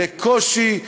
לקושי,